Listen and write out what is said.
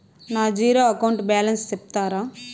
నా zero account balance సెప్తారా?